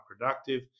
productive